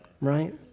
right